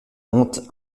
monte